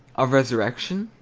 of resurrection?